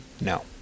No